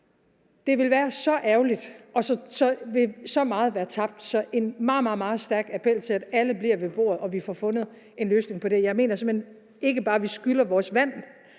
det være så ærgerligt, og så meget vil være tabt. Så jeg retter en meget, meget stærk appel til, at alle bliver ved bordet, og at vi får fundet en løsning på det. Jeg mener simpelt hen ikke bare, at vi skylder vores vand